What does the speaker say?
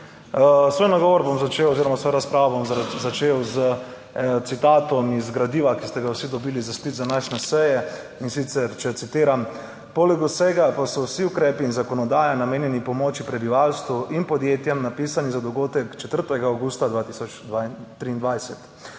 Svoj nagovor bom začel oziroma svojo razpravo bom začel s citatom iz gradiva, ki ste ga vsi dobili za sklic današnje seje, in sicer, če citiram: "Poleg vsega pa so vsi ukrepi in zakonodaja namenjeni pomoči prebivalstvu in podjetjem, napisani za dogodek 4. avgusta 2023.